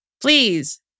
please